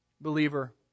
Believer